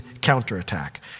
counterattack